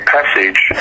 Passage